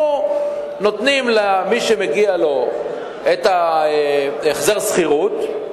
אנחנו נותנים למי שמגיע לו את החזר השכירות,